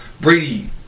Brady